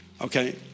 Okay